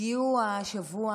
הגיעו השבוע,